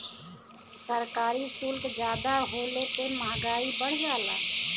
सरकारी सुल्क जादा होले पे मंहगाई बढ़ जाला